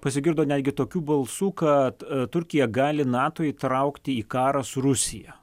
pasigirdo netgi tokių balsų kad turkija gali nato įtraukti į karą su rusija